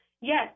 yes